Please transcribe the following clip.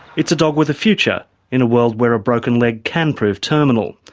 it's a dog with a future in a world where a broken leg can prove terminal.